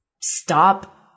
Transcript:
stop